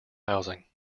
housing